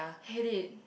hate it